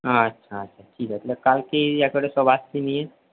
আচ্ছা আচ্ছা ঠিক আছে কালকেই একবারে সব আসছি নিয়ে